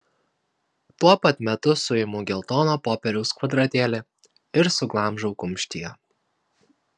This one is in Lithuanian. tuo pat metu suimu geltoną popieriaus kvadratėlį ir suglamžau kumštyje